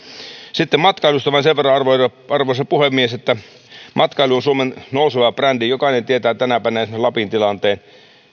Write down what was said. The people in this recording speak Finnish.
sitten matkailusta vain sen verran arvoisa puhemies että matkailu on suomen nouseva brändi jokainen tietää tänä päivänä esimerkiksi lapin tilanteen